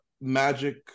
magic